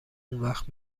اونوقت